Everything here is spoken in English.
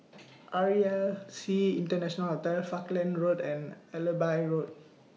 R E L C International Hotel Falkland Road and Allenby Road